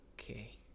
okay